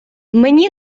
мені